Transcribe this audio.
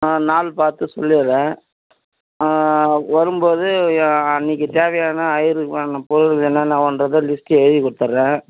ஆ நாள் பார்த்து சொல்லிடறேன் வரும்போது அன்றைக்கி தேவையான ஐயருக்கான பொருள்கள் என்னென்ன வேணுன்றதை லிஸ்ட்டு எழுதி கொடுத்துட்றேன்